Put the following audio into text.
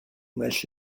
well